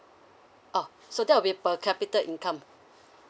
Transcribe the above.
oh so there will be per capita income